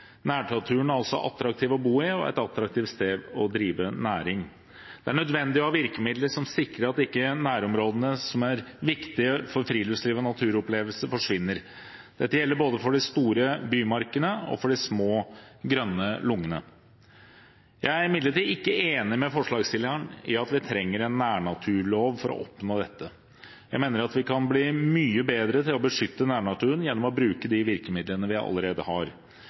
Nærnaturen er også attraktiv å bo i og er et attraktivt sted å drive næring. Det er nødvendig å ha virkemidler som sikrer at ikke nærområdene som er viktige for friluftsliv og naturopplevelser, forsvinner. Dette gjelder både de store bymarkene og de små, grønne lungene. Jeg er imidlertid ikke enig med forslagsstilleren i at vi trenger en nærnaturlov for å oppnå dette. Jeg mener at vi kan bli mye bedre til å beskytte nærnaturen gjennom å bruke de virkemidlene vi allerede har.